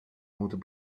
moeten